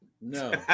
No